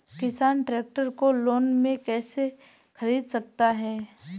किसान ट्रैक्टर को लोन में कैसे ख़रीद सकता है?